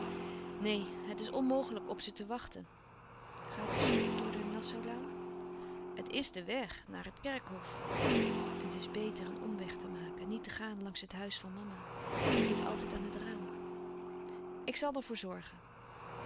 het is onmogelijk op ze te wachten gaat de stoet door de nassaulaan het is de weg naar het kerkhof het is beter een omweg te maken niet te gaan langs het huis van mama zij zit altijd aan het raam louis couperus van oude menschen de dingen die voorbij gaan ik zal er voor zorgen